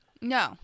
No